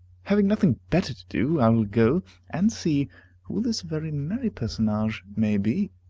having nothing better to do, i will go and see who this very merry personage may be.